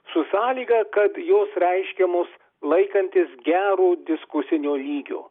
su sąlyga kad jos reiškiamos laikantis gero diskusinio lygio